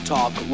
Talk